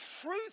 truth